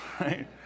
right